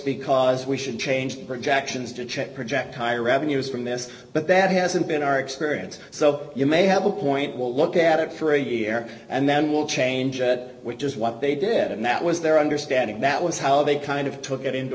because we should change projections to project higher revenues from this but that hasn't been our experience so you may have a point we'll look at it for a year and then we'll change it which is what they did and that was their understanding that was how they kind of took it into